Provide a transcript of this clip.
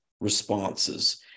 responses